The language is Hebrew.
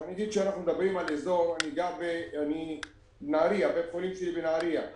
בית החולים שלי בנהריה.